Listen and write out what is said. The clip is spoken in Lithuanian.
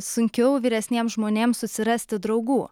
sunkiau vyresniem žmonėm susirasti draugų